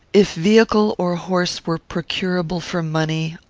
if vehicle or horse were procurable for money,